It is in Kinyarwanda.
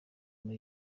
muri